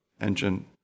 engine